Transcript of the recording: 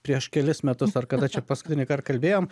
prieš kelis metus ar kada čia paskutinį kart kalbėjom